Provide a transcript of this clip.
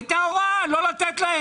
הייתה הוראה לא לתת להם.